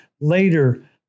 later